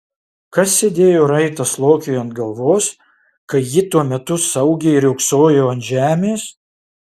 kas sėdėjo raitas lokiui ant galvos kai ji tuo metu saugiai riogsojo ant žemės